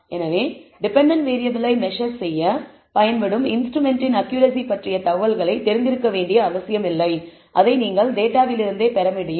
எனவே டெபென்டென்ட் வேறியபிளை மெஸர் செய்ய பயன்படும் இன்ஸ்ட்ருமென்ட்டின் அக்கியூரசி பற்றிய தகவல்களை தெரிந்திருக்க வேண்டிய அவசியமில்லை அதை நீங்கள் டேட்டாவிலிருந்தே பெற முடியும்